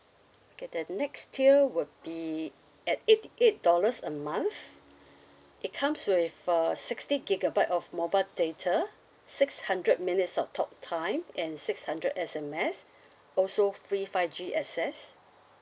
okay the next tier would be at eighty eight dollars a month it comes with uh sixty gigabyte of mobile data six hundred minutes of talk time and six hundred S_M_S also free five G access